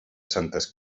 santes